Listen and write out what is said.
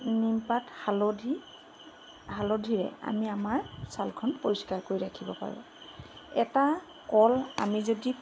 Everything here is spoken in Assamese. নিমপাত হালধি হালধিৰে আমি আমাৰ ছালখন পৰিষ্কাৰ কৰি ৰাখিব পাৰোঁ এটা কল আমি যদি